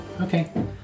Okay